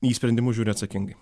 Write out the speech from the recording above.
į sprendimus žiūri atsakingai